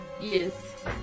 Yes